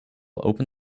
open